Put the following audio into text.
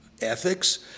ethics